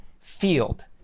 field